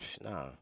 nah